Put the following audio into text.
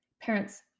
Parents